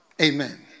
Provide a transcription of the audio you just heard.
Amen